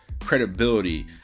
credibility